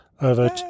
over